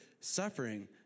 suffering